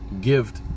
gift